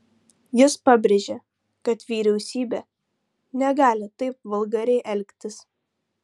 jis pabrėžė kad vyriausybė negali taip vulgariai elgtis